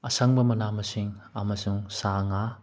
ꯑꯁꯪꯕ ꯃꯅꯥ ꯃꯁꯤꯡ ꯑꯃꯁꯨꯡ ꯁꯥ ꯉꯥ